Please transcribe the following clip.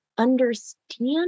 understand